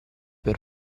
per